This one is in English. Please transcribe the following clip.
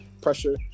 Pressure